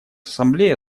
ассамблея